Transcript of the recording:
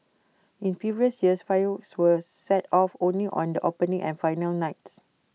in previous years fireworks were set off only on the opening and final nights